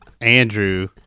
Andrew